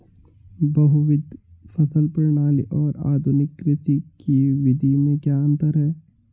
बहुविध फसल प्रणाली और आधुनिक कृषि की विधि में क्या अंतर है?